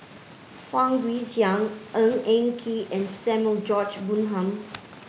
Fang Guixiang Ng Eng Kee and Samuel George Bonham